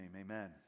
amen